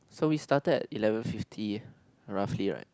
so we started at eleven fifty roughly right